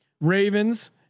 Ravens